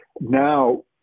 now